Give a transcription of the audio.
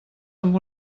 amb